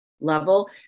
level